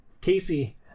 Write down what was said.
Casey